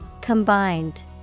Combined